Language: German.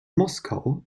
moskau